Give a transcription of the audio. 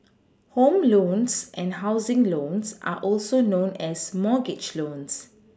home loans and housing loans are also known as mortgage loans